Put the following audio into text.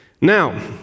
Now